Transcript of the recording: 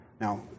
Now